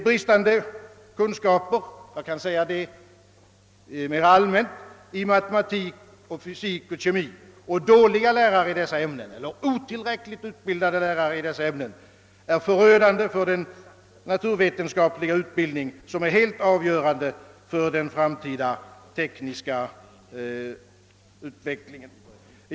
Bristande kunskaper i matematik, fysik och kemi och dåliga eller otillräckligt utbildade lärare i dessa ämnen är, mera allmänt sett, förödande för den naturvetenskapliga utbildning, som är helt avgörande för den framtida tekniska utvecklingen.